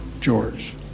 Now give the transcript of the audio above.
George